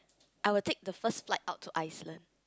I will take the first flight out to Iceland